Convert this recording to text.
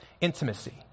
intimacy